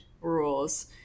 rules